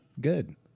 good